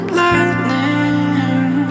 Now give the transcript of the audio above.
lightning